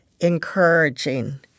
encouraging